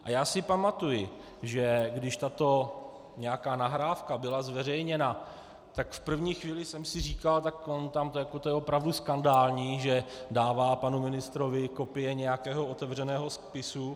A já si pamatuji, když tato nějaká nahrávka byla zveřejněna, tak v první chvíli jsem si říkal: to je opravdu skandální, že dává panu ministrovi kopie nějakého otevřeného spisu.